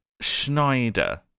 Schneider